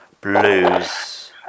Blues